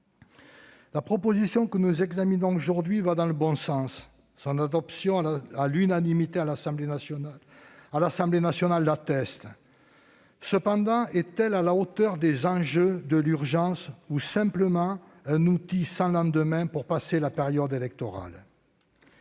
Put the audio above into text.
La proposition de loi que nous examinons aujourd'hui va dans le bon sens ; son adoption à l'unanimité à l'Assemblée nationale l'atteste. Cependant, est-elle à la hauteur des enjeux, de l'urgence, ou n'est-elle qu'un outil sans lendemain, une fois passée la période électorale ?